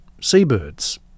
seabirds